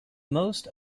most